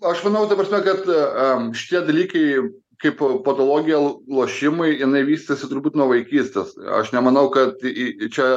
aš manauta prasme kad šitie dalykai kaip patalogija lošimui jinai vystėsi turbūt nuo vaikystės aš nemanau kad į čia